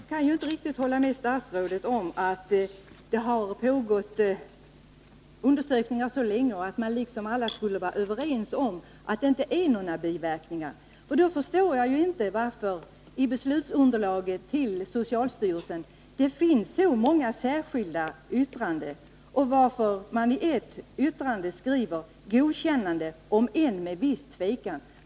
Herr talman! Jag kan inte riktigt hålla med statsrådet om att undersökningar har pågått länge och att alla är överens om att det inte uppstår några biverkningar eller är skadligt. Om det vore så, förstår jag inte varför det i socialstyrelsens beslutsunderlag finns så många särskilda yttranden och varför man i ett av dem skriver: Godkännande, om än med viss tvekan.